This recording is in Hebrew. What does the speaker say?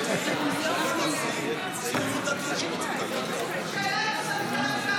יש גם מוסדות דתיים --- ציונות דתית